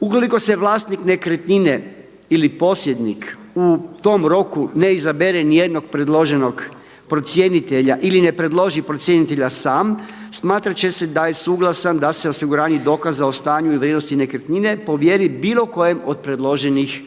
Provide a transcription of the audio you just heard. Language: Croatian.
Ukoliko se vlasnik nekretnine ili posjednik u tom roku ne izabere ni jednog predloženog procjenitelja ili ne predloži procjenitelja sam smatrat će se da je suglasan da se osiguranje dokaza o stanju i vrijednosti nekretnine povjeri bilo kojem od predloženih